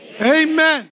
amen